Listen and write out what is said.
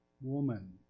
woman